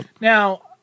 Now